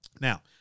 Now